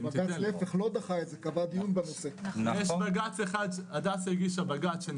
רגע, לפני התפוסה, לראות את הפריסה שלהן.